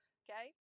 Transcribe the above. okay